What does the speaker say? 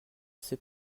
sait